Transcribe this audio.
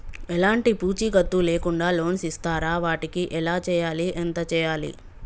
ఎలాంటి పూచీకత్తు లేకుండా లోన్స్ ఇస్తారా వాటికి ఎలా చేయాలి ఎంత చేయాలి?